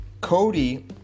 Cody